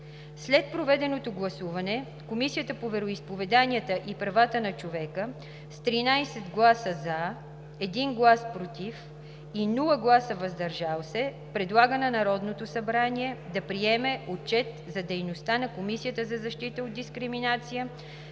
След проведеното гласуване, Комисията по вероизповеданията и правата на човека с 13 гласа „за“, 1 глас „против“, без „въздържал се“ предлага на Народното събрание да приеме Отчет за дейността на Комисията за защита от дискриминация